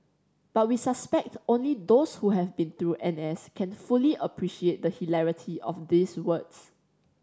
but we suspect only those who have been through N S can fully appreciate the hilarity of these words